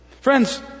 Friends